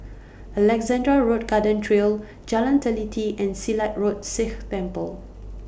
Alexandra Road Garden Trail Jalan Teliti and Silat Road Sikh Temple